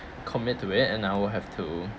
commit to it and I will have to